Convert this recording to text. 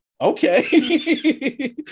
okay